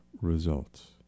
results